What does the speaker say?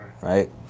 right